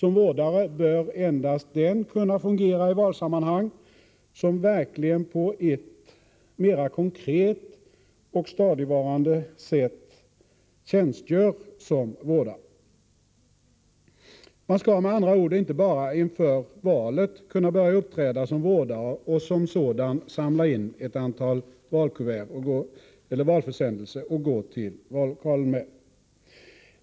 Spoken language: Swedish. I valsammanhang bör endast den kunna fungera som vårdare som verkligen på ett mera konkret och stadigvarande sätt tjänstgör som vårdare. Man skall med andra ord inte bara inför valet kunna börja uppträda som vårdare och som sådan samla in ett antal valförsändelser och gå till vallokalen med.